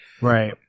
right